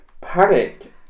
Panic